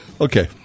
Okay